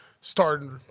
starting